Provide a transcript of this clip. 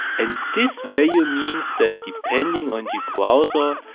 and this value means that depending on the browser,